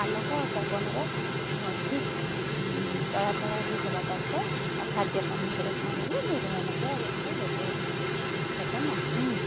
ଆଲୋକ ଓ ପବନର ଠିକ ଚଳାଚଳ ବି ହବା ଦରକାର ଆଉ ଖାଦ୍ୟ ପାନୀୟର ଯତ୍ନ ନେଲେ ଗୋରୁମାନଙ୍କୁ ଆଉ ଏତେ ରୋଗ ହେବ ନାହିଁ